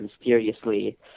mysteriously